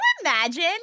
imagine